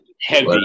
heavy